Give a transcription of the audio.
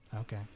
okay